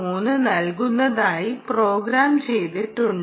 3 നൽകുന്നതിനായി പ്രോഗ്രാം ചെയ്തിട്ടുണ്ട്